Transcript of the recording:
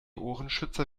ohrenschützer